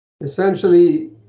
essentially